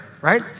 right